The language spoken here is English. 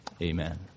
Amen